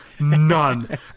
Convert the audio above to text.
None